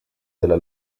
della